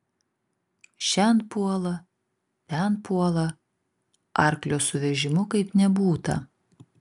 šen puola ten puola arklio su vežimu kaip nebūta